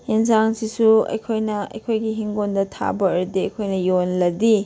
ꯑꯦꯟꯁꯥꯡꯁꯤꯁꯨ ꯑꯩꯈꯣꯏꯅ ꯑꯩꯈꯣꯏꯒꯤ ꯍꯤꯡꯒꯣꯟꯗ ꯊꯥꯕ ꯑꯣꯏꯔꯗꯤ ꯑꯩꯈꯣꯏꯅ ꯌꯣꯜꯂꯗꯤ